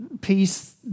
peace